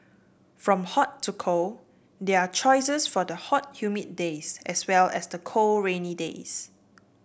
from hot to cold there are choices for the hot humid days as well as the cold rainy days